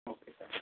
okay sir